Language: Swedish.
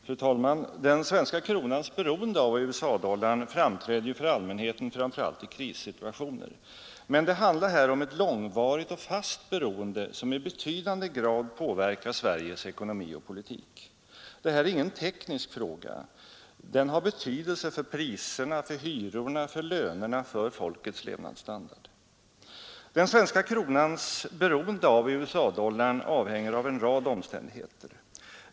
Fru talman! Den svenska kronans beroende av USA-dollarn framträder ju för allmänheten framför allt i krissituationer, men det handlar här om ett långvarigt och fast beroende som i betydande grad påverkar Sveriges ekonomi och politik. Det här är ingen teknisk fråga. Den har betydelse för priserna, för hyrorna, för lönerna, för folkets levnadsstandard. Den svenska kronans beroende av USA-dollarn avhänger av en rad omständigheter.